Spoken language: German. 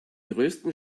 größten